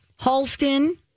Halston